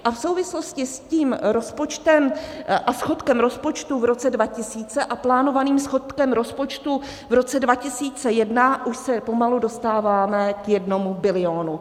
A v souvislosti s tím rozpočtem a schodkem rozpočtu v roce 2000 a plánovaným schodkem rozpočtu v roce 2001 už se pomalu dostáváme k jednomu bilionu.